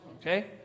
Okay